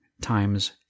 times